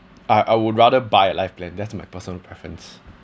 ah I would rather buy a life plan that's my personal preference